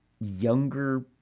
younger